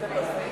התשע"ג 2013,